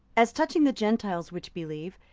as touching the gentiles which believe,